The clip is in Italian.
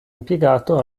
impiegato